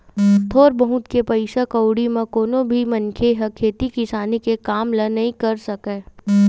थोर बहुत के पइसा कउड़ी म कोनो भी मनखे ह खेती किसानी के काम ल नइ कर सकय